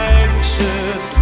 anxious